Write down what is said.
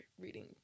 reading